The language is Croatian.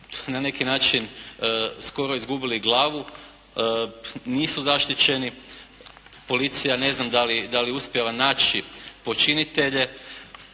na neki način skoro izgubili glavu, nisu zaštićeni, policija ne znam da li je uspjela naći počinitelje,